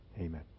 amen